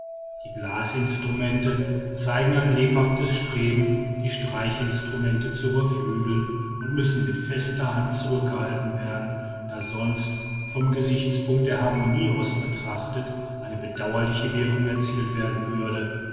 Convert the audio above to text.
die blasinstrumente zeigen ein lebhaftes streben die streichinstrumente zu überflügeln und müssen mit fester hand zurückgehalten werden da sonst vom gesichtspunkt der harmonie aus betrachtet eine bedauerliche wirkung erzielt werden würde